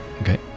okay